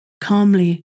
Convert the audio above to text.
calmly